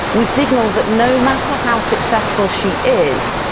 we signal that no matter how successful she is,